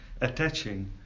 attaching